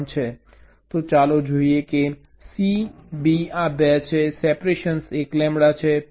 તો ચાલો જોઈએ કે C B આ 2 છે સેપરેશન 1 લેમ્બડા છે